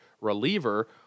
reliever